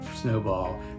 snowball